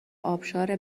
ابشار